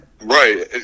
right